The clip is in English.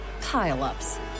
pile-ups